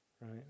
Right